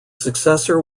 successor